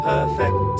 Perfect